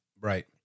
Right